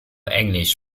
englisch